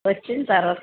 వచ్చిన తర్వాత